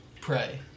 pray